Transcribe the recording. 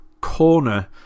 corner